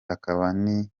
akaba